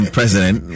President